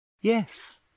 yes